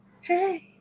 Hey